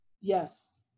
Yes